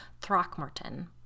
Throckmorton